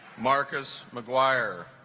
marcus maguire